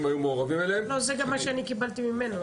היו מעורבים --- זה גם מה שאני קיבלתי ממנו.